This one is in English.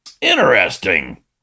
Interesting